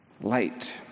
Light